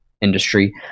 industry